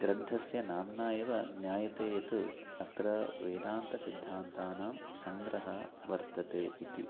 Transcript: ग्रन्थस्य नाम्ना एव ज्ञायते यत् अत्र वेदान्तसिद्धान्तानां सङ्ग्रहः वर्तते इति